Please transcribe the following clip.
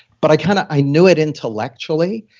but i kind of i knew it intellectually,